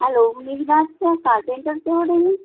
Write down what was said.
hello میری بات کیا کارپینٹر سے ہو رہی ہے